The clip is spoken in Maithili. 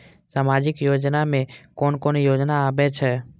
सामाजिक योजना में कोन कोन योजना आबै छै?